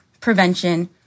prevention